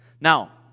Now